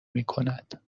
میکند